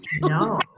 No